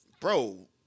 bro